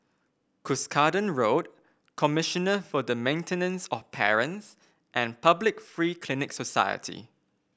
Cuscaden Road Commissioner for the Maintenance of Parents and Public Free Clinic Society